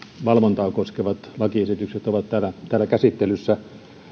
valvontaa koskevat lakiesitykset ovat täällä täällä käsittelyssä